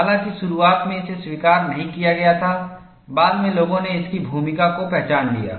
हालांकि शुरुआत में इसे स्वीकार नहीं किया गया था बाद में लोगों ने इसकी भूमिका को पहचान लिया